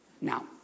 Now